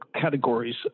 categories